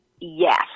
Yes